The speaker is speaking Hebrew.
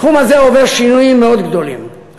התחום הזה עובר שינויים מאוד גדולים,